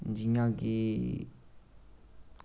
जियां कि